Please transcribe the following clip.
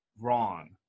wrong